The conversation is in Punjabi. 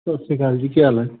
ਸਤਿ ਸ਼੍ਰੀ ਅਕਾਲ ਜੀ ਕੀ ਹਾਲ ਹੈ